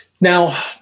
Now